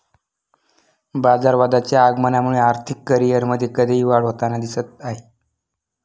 बाजारवादाच्या आगमनामुळे आर्थिक करिअरमध्ये कधीही वाढ होताना दिसत आहे